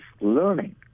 learning